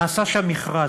נעשה שם מכרז.